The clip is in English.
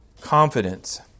confidence